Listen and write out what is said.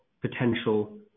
potential